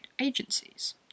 agencies